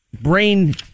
brain